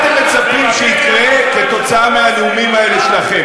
מה אתם מצפים שיקרה בגלל הנאומים האלה שלכם?